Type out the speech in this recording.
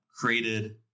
created